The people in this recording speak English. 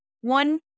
one